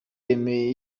yemeye